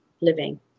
living